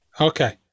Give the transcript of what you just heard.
Okay